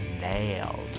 Nailed